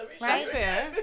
right